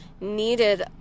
needed